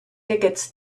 tickets